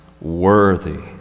worthy